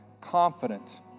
confident